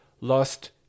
lost